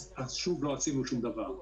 לא עשינו שום דבר.